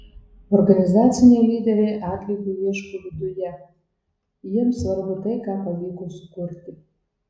organizaciniai lyderiai atlygio ieško viduje jiems svarbu tai ką pavyko sukurti